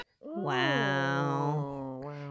wow